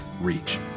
reach